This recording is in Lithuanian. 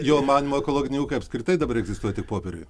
jo manymu ekologiniai ūkiai apskritai dabar egzistuoja tik popieriuje